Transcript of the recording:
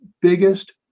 biggest